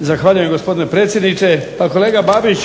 Zahvaljujem gospodine predsjedniče. Pa kolega Babić